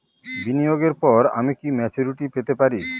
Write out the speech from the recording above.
বিনিয়োগের পর আমি কি প্রিম্যচুরিটি পেতে পারি?